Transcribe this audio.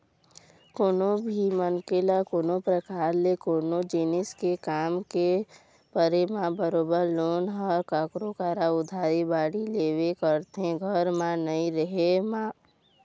कोनो भी मनखे ल कोनो परकार ले कोनो जिनिस के काम के परे म बरोबर लोगन ह कखरो करा उधारी बाड़ही लेबे करथे घर म नइ रहें म